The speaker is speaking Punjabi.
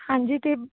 ਹਾਂਜੀ ਅਤੇ